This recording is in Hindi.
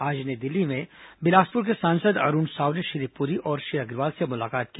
आज नई दिल्ली में बिलासपुर के सांसद अरूण साव ने श्री पुरी और श्री अग्रवाल से मुलाकात की